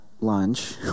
lunch